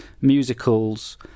musicals